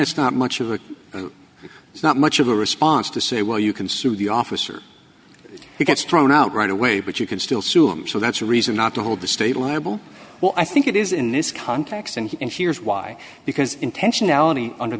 it's not much of a it's not much of a response to say well you can sue the officer who gets thrown out right away but you can still sue him so that's a reason not to hold the state liable well i think it is in this context and and here's why because intentionality under